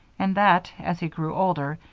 and that, as he grew older,